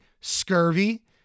scurvy